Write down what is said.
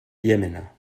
llémena